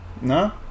No